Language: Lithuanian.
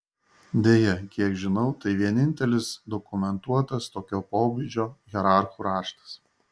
deja kiek žinau tai vienintelis dokumentuotas tokio pobūdžio hierarchų raštas